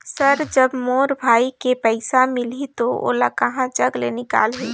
Sir जब मोर भाई के पइसा मिलही तो ओला कहा जग ले निकालिही?